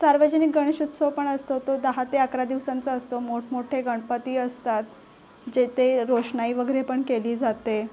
सार्वजनिक गणेशोत्सव पण असतो तो दहा ते अकरा दिवसांचा असतो मोठमोठे गणपती असतात जे ते रोषणाई वगैरे पण केली जाते